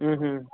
હમ હમ